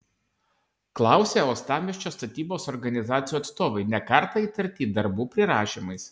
klausė uostamiesčio statybos organizacijų atstovai ne kartą įtarti darbų prirašymais